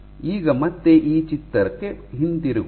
ಈಗ ಮತ್ತೆ ಈ ಚಿತ್ರಕ್ಕೆ ಹಿಂತಿರುಗೋಣ